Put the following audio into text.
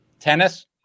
tennis